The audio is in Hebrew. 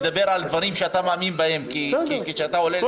אבל יש הבדל בין לדבר על דברים שאתה מאמין בהם כשאתה עולה -- בסדר,